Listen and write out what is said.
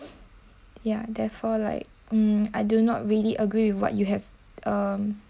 ya therefore like mm I do not really agree with what you have um